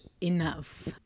enough